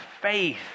faith